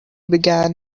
began